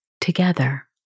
together